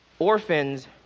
Orphans